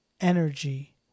energy